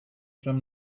from